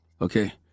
Okay